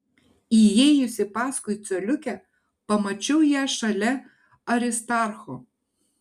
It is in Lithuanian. įėjusi paskui coliukę pamačiau ją šalia aristarcho